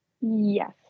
Yes